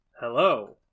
Hello